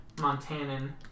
Montanan